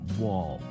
wall